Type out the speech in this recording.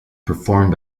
performed